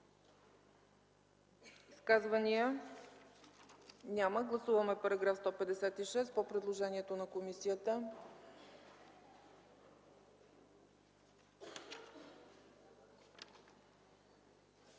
Изказвания? Няма. Гласуваме § 1 по предложение на комисията.